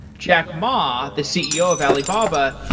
jack ma, the ceo of alibaba,